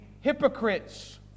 hypocrites